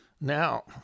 now